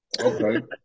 Okay